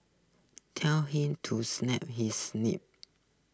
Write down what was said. tell him to snap his lip